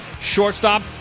shortstop